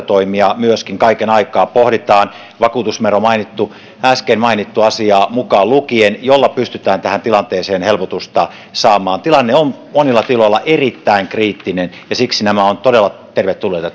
toimia myöskin kaiken aikaa pohditaan vakuutusvero äsken mainittu asia mukaan lukien joilla pystytään tähän tilanteeseen helpotusta saamaan tilanne on monilla tiloilla erittäin kriittinen ja siksi nämä tällaiset ratkaisut ovat todella tervetulleita